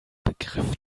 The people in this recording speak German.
begriff